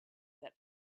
that